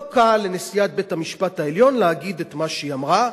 לא קל לנשיאת בית-המשפט העליון להגיד את מה שהיא אמרה,